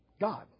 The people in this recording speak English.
God